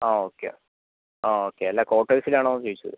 ആ ഓക്കെ ആ ഓക്കെ അല്ല ക്വാർട്ടേഴ്സിൽ ആണോ ഉദ്ദേശിച്ചത്